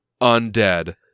undead